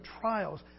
trials